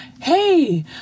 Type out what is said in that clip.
hey